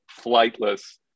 flightless